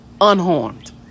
unharmed